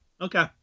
Okay